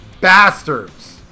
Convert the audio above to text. Bastards